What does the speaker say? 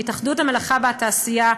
התאחדות המלאכה והתעשייה,